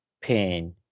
pain